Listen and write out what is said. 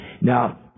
Now